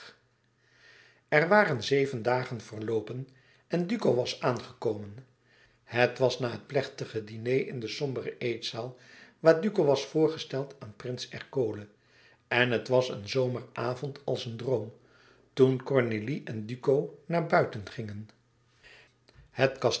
er waren zeven dagen verloopen en duco was aangekomen het was na het plechtige diner in de sombere eetzaal waar duco was voorgesteld aan prins ercole en het was een zomeravond als een droom toen cornélie en duco naar buiten gingen het kasteel